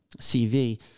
CV